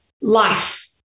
life